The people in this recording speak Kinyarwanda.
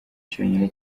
cyonyine